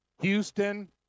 Houston